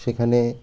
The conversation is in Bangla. সেখানে